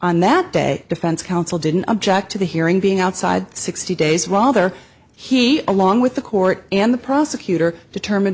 on that day defense counsel didn't object to the hearing being outside sixty days rather he along with the court and the prosecutor determine